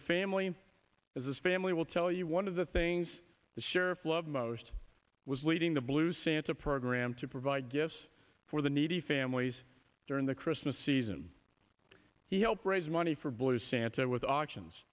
a family and as this family will tell you one of the things the sheriff loved most was leaving the blue santa program to provide gifts for the needy families during the christmas season he helped raise money for boys santa with auctions